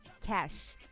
cash